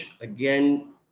again